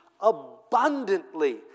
abundantly